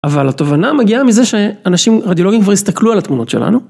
אבל התובנה מגיעה מזה שאנשים רדיולוגיים כבר הסתכלו על התמונות שלנו.